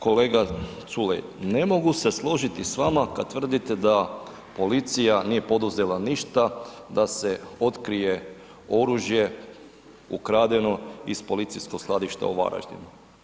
Kolega Culej, ne mogu se složiti s vama kad tvrdite da policija nije poduzela ništa da se otkrije oružje ukradeno iz policijskog skladišta u Varaždinu.